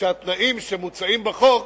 שהתנאים שמוצעים בחוק